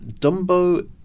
Dumbo